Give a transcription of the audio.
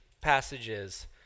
passages